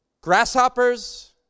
grasshoppers